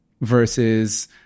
versus